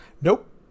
Nope